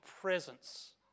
presence